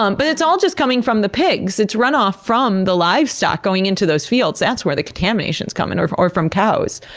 um but it's all just coming from the pigs. it's runoff from the livestock going into those fields. that's where the contamination is coming from, or from cows.